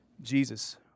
Jesus